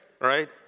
right